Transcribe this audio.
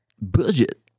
Budget